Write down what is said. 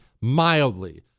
mildly